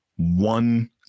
One